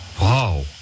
Wow